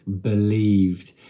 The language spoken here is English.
believed